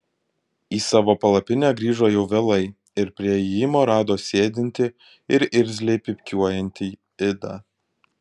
į savo palapinę grįžo jau vėlai ir prie įėjimo rado sėdintį ir irzliai pypkiuojantį idą